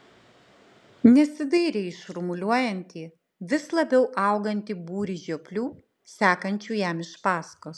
nesidairė į šurmuliuojantį vis labiau augantį būrį žioplių sekančių jam iš paskos